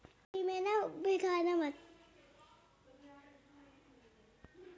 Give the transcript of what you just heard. जीवन बीमा कितने साल का होता है?